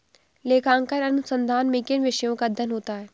लेखांकन अनुसंधान में किन विषयों का अध्ययन होता है?